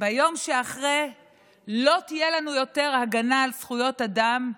ביום שאחרי לא תהיה לנו יותר הגנה על זכויות אדם,